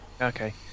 Okay